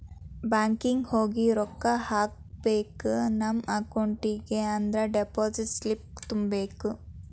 banking ಹೋಗಿ ರೊಕ್ಕ ಹಾಕ್ಕೋಬೇಕ್ ನಮ ಅಕೌಂಟಿಗಿ ಅಂದ್ರ ಡೆಪಾಸಿಟ್ ಸ್ಲಿಪ್ನ ತುಂಬಬೇಕ್